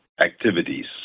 activities